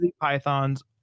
pythons